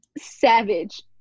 Savage